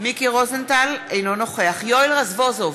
אינו נוכח יואל רזבוזוב,